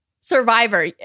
Survivor